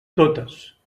totes